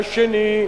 והשני,